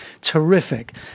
terrific